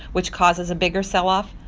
which causes a bigger sell-off,